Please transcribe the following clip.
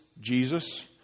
Jesus